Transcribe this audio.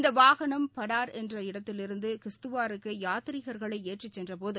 இந்த வாகனம் படார் என்ற இடத்திலிருந்து கிஷ்துவாருக்கு யாத்திரிகர்களை ஏற்றிச் சென்றபோது